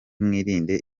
mwirinde